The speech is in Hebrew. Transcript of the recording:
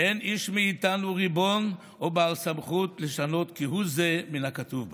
ואין איש מאיתנו ריבון או בעל סמכות לשנות כהוא זה מן הכתוב בה.